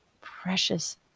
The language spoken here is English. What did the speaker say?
precious